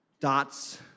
Dots